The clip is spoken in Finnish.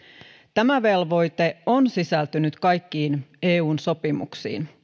tämä velvoite on sisältynyt kaikkiin eun sopimuksiin